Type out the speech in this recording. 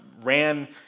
ran